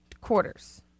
quarters